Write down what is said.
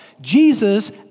Jesus